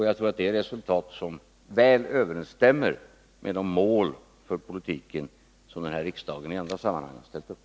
Jag tror att det är ett resultat som väl överensstämmer med de mål för politiken som riksdagen i andra sammanhang har ställt upp.